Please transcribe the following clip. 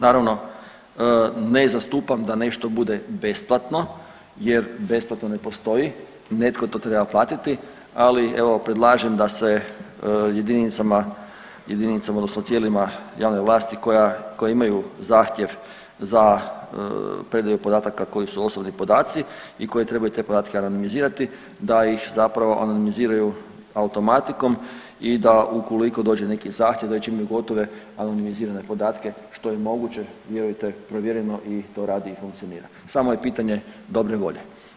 Naravno, na zastupam da nešto bude besplatno jer besplatno ne postoji, netko to treba platiti, ali evo predlažem da se jedinicama, jedinicama odnosno tijelima javne vlasti koja, koji imaju zahtjev za predaju podataka koji su osobni podaci i koji trebaju te podatke anonimizirati da ih zapravo anonimiziraju automatikom i da ukoliko dođe neki zahtjev da već imaju gotove anonimizirane podatke što je moguće vjerujte, provjereno i to radi i funkcionira, samo je pitanje dobre volje.